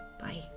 Bye